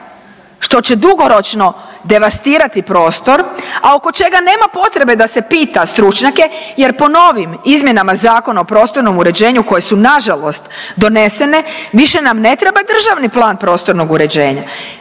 što će dugoročno devastirati prostor, a oko čega nema potreba da se pita stručnjake jer po novim izmjenama Zakona o prostornom uređenju koje su nažalost donesene više nam ne treba državni plan prostornog uređenja